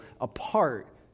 apart